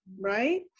right